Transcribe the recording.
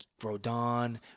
Rodon